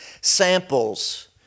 samples